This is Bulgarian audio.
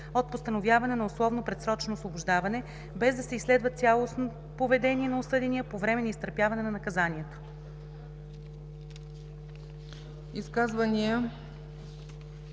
от постановяване на условно предсрочно освобождаване, без да се изследва цялостно поведението на осъдения по време на изтърпяване на наказанието.“